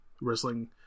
wrestling